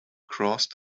crossed